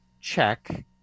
check